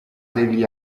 degli